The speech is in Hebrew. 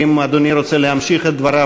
ואם אדוני רוצה להמשיך את דבריו,